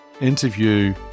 interview